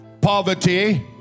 Poverty